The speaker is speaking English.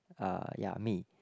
uh ya me